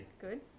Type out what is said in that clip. Good